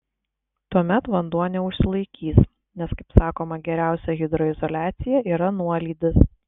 tuomet vanduo neužsilaikys nes kaip sakoma geriausia hidroizoliacija yra nuolydis